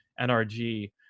nrg